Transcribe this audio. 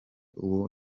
uwo